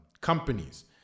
companies